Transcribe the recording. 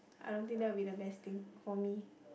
I don't think that will be the best thing for me